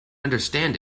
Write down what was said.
understand